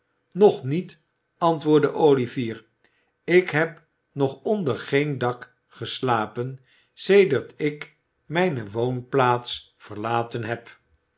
nog niet antwoordde olivier ik heb nog onder geen dak geslapen sedert ik mijne woonplaats verlaten heb